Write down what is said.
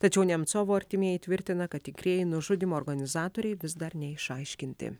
tačiau nemcovo artimieji tvirtina kad tikrieji nužudymo organizatoriai vis dar neišaiškinti